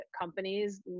companies